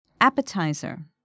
Appetizer